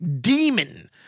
demon